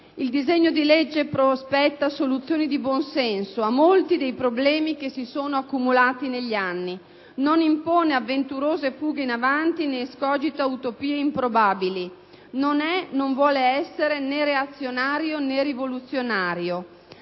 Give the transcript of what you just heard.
Il disegno di legge prospetta soluzioni di buonsenso a molti dei problemi che si sono accumulati negli anni. Non impone avventurose fughe in avanti né escogita utopie improbabili. Non è, non vuole essere, né reazionario né rivoluzionario.